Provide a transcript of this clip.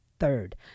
third